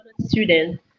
student